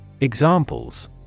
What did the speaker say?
Examples